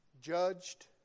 judged